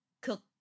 cook